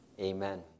Amen